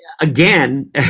again